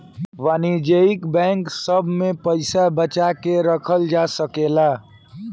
वाणिज्यिक बैंक सभ में पइसा बचा के रखल जा सकेला